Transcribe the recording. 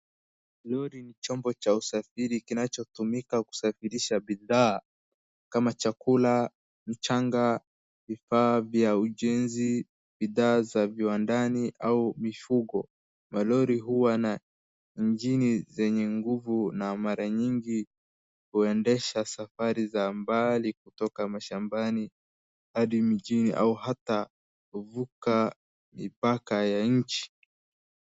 Lori ni chombo cha usafiri kinachotumika kusafirisha bidhaa, kama chakula, mchanga, vifaa vya ujenzi, bidhaa za viwandani, au mifugo. Malori huwa na injini zenye nguvu na mara nyingi huendesha safari za mbali kutoka mashambani hadi mijini au hata, huvuka mipaka ya nchi.